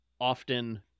often